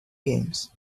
games